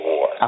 War